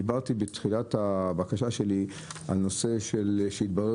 דיברתי בתחילת הבקשה שלי על נושא שהתברר